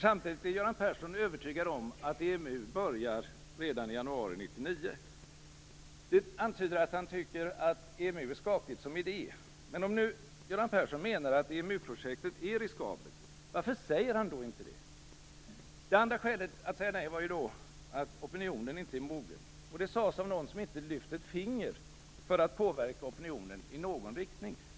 Samtidigt är Göran Persson övertygad om att EMU börjar redan i januari 1999. Det antyder att han tycker att EMU är skakigt som idé. Men om nu Göran Persson menar att EMU-projektet är riskabelt, varför säger han då inte det? Det andra skälet att säga nej var ju att opinionen inte är mogen, och det sades av någon som inte lyfter ett finger för att påverka opinionen i någon riktning.